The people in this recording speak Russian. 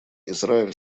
израиль